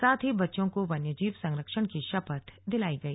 साथ ही बच्चों को वन्य जीव संरक्षण की शपथ दिलाई गई